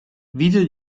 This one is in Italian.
video